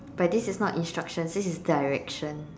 but this is not instructions this is direction